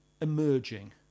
emerging